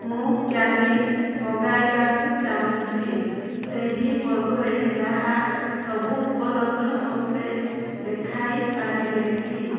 ମୁଁ କ୍ୟାଣ୍ଡି ମଗାଇବାକୁ ଚାହୁଁଛି ସେହି ବର୍ଗରେ ଯାହା ସବୁ ଉପଲବ୍ଧ ମୋତେ ଦେଖାଇ ପାରିବେ କି